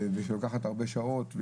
ושלוקחת הרבה שעות,